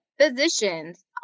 physicians